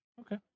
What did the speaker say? okay